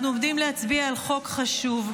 אנחנו עומדים להצביע על חוק חשוב,